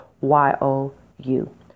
Y-O-U